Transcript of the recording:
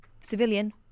Civilian